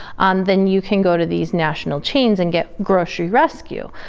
um then you can go to these national chains and get grocery rescue.